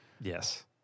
Yes